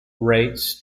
rates